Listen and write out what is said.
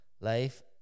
life